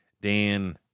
Dan